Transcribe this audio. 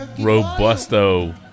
Robusto